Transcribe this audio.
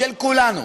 של כולנו.